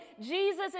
Jesus